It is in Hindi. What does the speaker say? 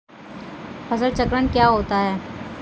फसल चक्रण क्या होता है?